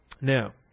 Now